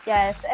Yes